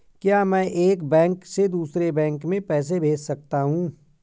क्या मैं एक बैंक से दूसरे बैंक में पैसे भेज सकता हूँ?